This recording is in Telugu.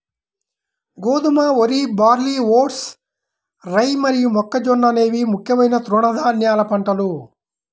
గోధుమ, వరి, బార్లీ, వోట్స్, రై మరియు మొక్కజొన్న అనేవి ముఖ్యమైన తృణధాన్యాల పంటలు